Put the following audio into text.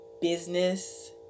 business